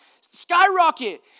skyrocket